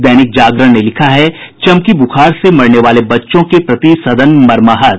दैनिक जागरण ने लिखा है चमकी बुखार से मरने वाले बच्चों के प्रति सदन मर्माहत